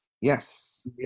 Yes